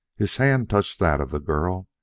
his hand touched that of the girl,